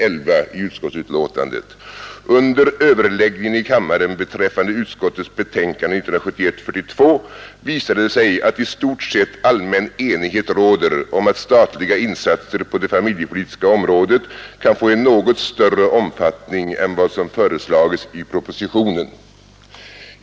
11i utskottsbetänkandet: ”Under överläggningen i kammaren beträffande utskottets betänkande 1971:42 visade det sig att i stort sett allmän enighet råder om att statliga insatser på det familjepolitiska området kan få en något större omfattning än vad som föreslagits i propositionen.